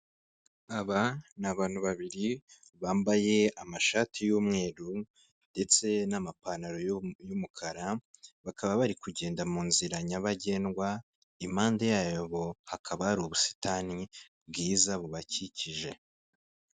Aba ni abantu babiri bambaye amashati y'umweru ndetse n'amapantaro y'umukara, bakaba bari kugenda mu nzira nyabagendwa, impande yabo hakaba hari ubusitani bwiza bubakikije.